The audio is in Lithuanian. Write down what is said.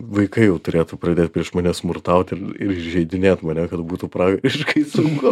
vaikai jau turėtų pradėt prieš mane smurtaut ir ir įžeidinėt mane kad būtų pragariškai sunku